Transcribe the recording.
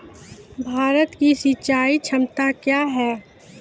भारत की सिंचाई क्षमता क्या हैं?